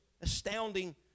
astounding